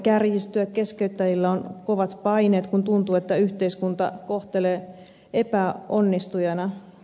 keskeyttäjillä on kovat paineet kun tuntuu että yhteiskunta kohtelee epäonnistujana